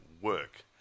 work